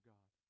God